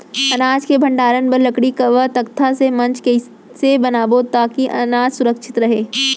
अनाज के भण्डारण बर लकड़ी व तख्ता से मंच कैसे बनाबो ताकि अनाज सुरक्षित रहे?